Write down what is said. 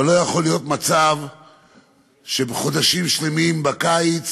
אבל לא יכול להיות מצב שבחודשים שלמים בקיץ